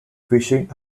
fishing